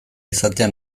izatea